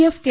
F K